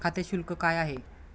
खाते शुल्क काय आहे?